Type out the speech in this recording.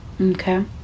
Okay